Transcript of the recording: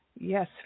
Yes